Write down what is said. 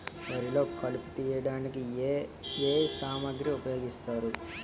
వరిలో కలుపు తియ్యడానికి ఏ ఏ సామాగ్రి ఉపయోగిస్తారు?